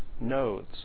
nodes